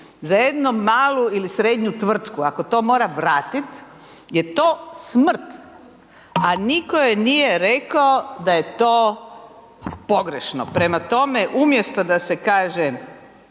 Za jednu malu ili srednju tvrtku, ako to mora vratiti je to smrt, a nitko joj nije rekao da je to pogrešno. Prema tome, umjesto da se kaže